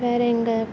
வேறு எங்கே